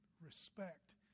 respect